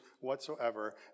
whatsoever